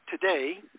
today